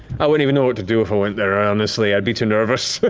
i wouldn't even know what to do if i went there, honestly. i'd be too nervous.